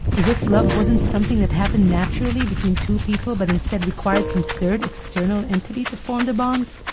as if love wasn't something that happened naturally between two people, but instead required some third, external, entity, to form the bond